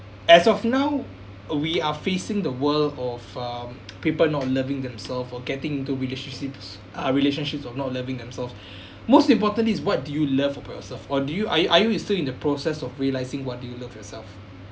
as of now uh we are facing the world of um people not loving themselves or getting into relationships uh relationships of not loving themselves most importantly is what do you love about yourself or do you are you are you still in the process of realising what do you love yourself